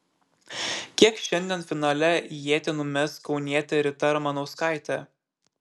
kiek šiandien finale ietį numes kaunietė rita ramanauskaitė